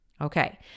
Okay